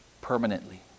permanently